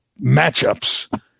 matchups